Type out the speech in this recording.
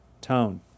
Tone